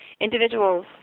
individuals